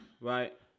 right